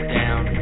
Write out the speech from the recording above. down